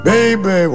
Baby